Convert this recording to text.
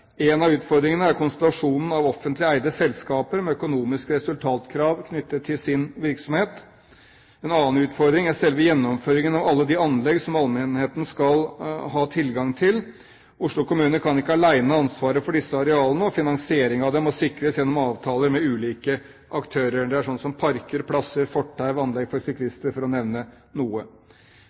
En av utfordringene er konstellasjonen av offentlig eide selskaper med økonomiske resultatkrav knyttet til sin virksomhet. En annen utfordring er selve gjennomføringen av alle de anlegg som allmennheten skal ha tilgang til. Oslo kommune kan ikke alene ha ansvaret for disse arealene. Finansiering av dem må sikres gjennom avtaler med ulike aktører. Det gjelder slikt som parker, plasser, fortau og anlegg for syklister, for å nevne noe.